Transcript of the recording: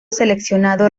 seleccionado